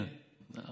כן?